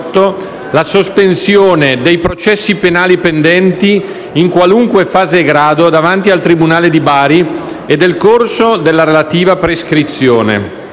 la sospensione dei processi penali pendenti, in qualunque fase e grado, davanti al tribunale di Bari e del corso della prescrizione.